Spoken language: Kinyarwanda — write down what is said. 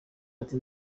ati